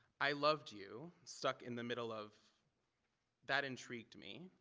i loved you stuck in the middle of that intrigued me.